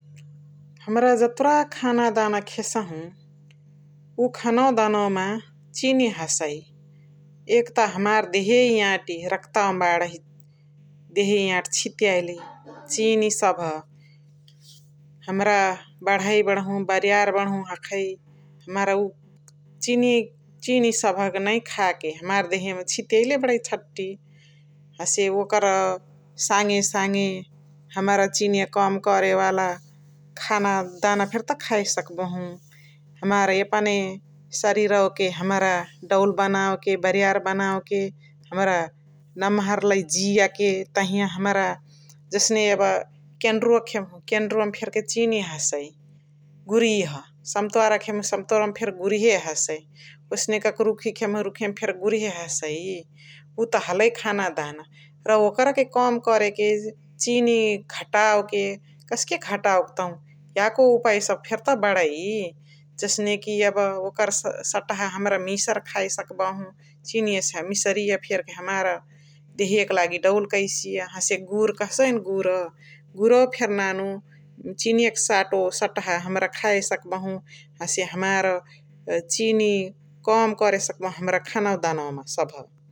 हमरा जतुरा खाना दाना खेसहु उव खाना दाना मा चिनी हसई । एक त हमार देहियइ याटी रक्तवा मा बणही देहियइ याटी चिटियाएली चिनी सभ । हमरा बणै बरणहु बरियार बरणहु हखई हमार उव चिनिक चिनी सभ नै खा के हमार देहिय मा चिटियाएले छट्टी हसे ओकर सङे सङे हमरा चिनिया कम करे वाला खाना दाना फेर्का त खाया सकबहु । हमार यपने सरिरवाके हामर दौल बनाउ के, बरियार बनाउ के हमरा नम्हर लय जिय के तहिया हमरा जसने यब केनरुवा खेबउ केनरुवा मा फेर्के चिनी हसई गुरिह्, सम्तोवारा खेबउ सम्तोवारा मा फेन्के गुरिहे हसे ओसने क के रुखी खेबउ रुखिम फेन्क गुरिहे हसे । उवा त हलई खाना दाना र ओकरा के कम कर के चिनी घटाउ के कस्के घटाउ के तउ याको उपाया सब फेर्क बणै । जनसे कि यब ओकर सटहा हमरा मिसरी खारी सकबहु चिनिया से मिसरिया हमार देहिया लागि दौल कर्सिय हसे गुर कहसई न गुरा । गुरौवा फेर नानु चिनिया क सटो सटहा हमरा खाय सकबहु हसे हमार चिनी कम करे सकबहु खाना दानाउवा मा सभ ।